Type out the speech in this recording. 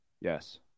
Yes